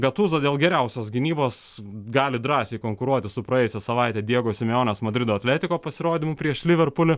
gatuzo dėl geriausios gynybos gali drąsiai konkuruoti su praėjusią savaitę diego simeonės madrido atletico pasirodymu prieš liverpulį